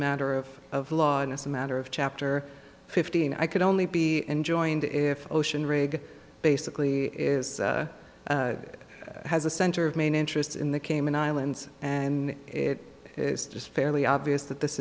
matter of of law and as a matter of chapter fifteen i could only be enjoined if ocean rig basically is has a center of main interest in the cayman islands and it is just fairly obvious that this